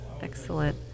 Excellent